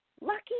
lucky